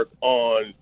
on